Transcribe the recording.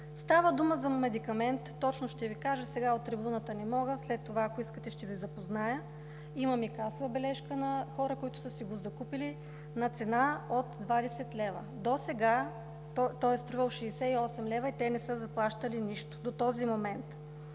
Става дума за медикамент – точно ще Ви кажа, сега от трибуната не мога, след това, ако искате, ще Ви запозная, имам и касова бележка на хора, които са си го закупили на цена от 20 лв. Досега той е струвал 68 лв. и те не са заплащали нищо до този момент.